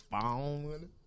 phone